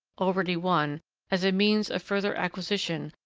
already won, as a means of further acquisition,